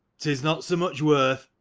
tis not so much worth.